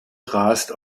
rast